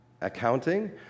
accounting